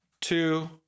two